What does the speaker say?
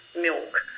milk